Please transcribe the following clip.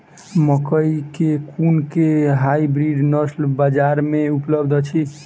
मकई केँ कुन केँ हाइब्रिड नस्ल बजार मे उपलब्ध अछि?